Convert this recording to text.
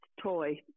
toy